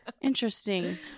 interesting